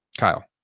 Kyle